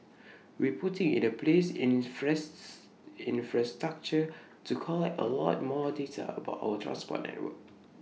we're putting in place infrastructure to collect A lot more data about our transport network